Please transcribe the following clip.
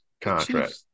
contract